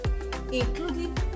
including